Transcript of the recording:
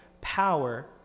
power